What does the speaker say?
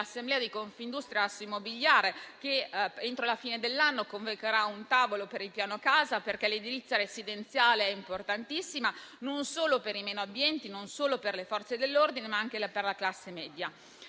nell'assemblea di Confindustria Assoimmobiliare che entro la fine dell'anno convocherà un tavolo per il piano casa, perché l'edilizia residenziale è importantissima non solo per i meno abbienti, non solo per le Forze dell'ordine, ma anche per la classe media.